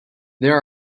there